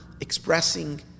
expressing